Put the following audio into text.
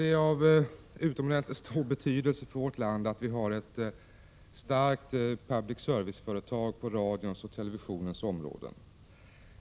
Det är av utomordentligt stor betydelse för vårt land att vi har ett starkt public service-företag på radions och televisionens område.